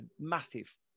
Massive